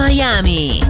Miami